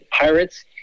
Pirates